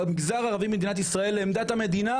המגזר הערבי במדינת ישראל לעמדת המדינה